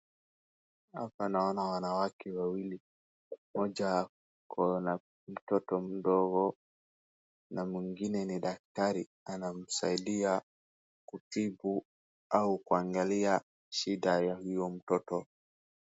Hapa naona wanawake wawili. Mmoja ako na mtoto mdogo na mwangine ni daktari anamsaidia kutibu au kuangalia shiday ya huyo mtoto.